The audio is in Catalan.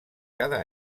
cada